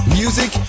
music